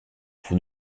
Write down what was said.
vous